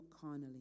carnally